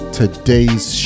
today's